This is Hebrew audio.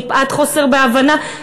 מפאת חוסר בהבנה,